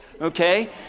okay